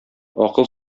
акыл